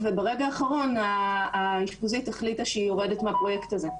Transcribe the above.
וברגע האחרון האשפוזית החליטה שהיא יורדת מהפרויקט הזה,